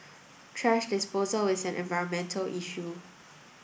thrash disposal is an environmental issue